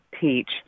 teach